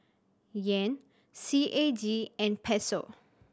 Yen C A G and Peso